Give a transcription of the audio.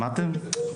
שמעתם?